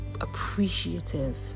appreciative